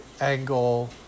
angle